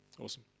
awesome